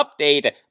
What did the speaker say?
update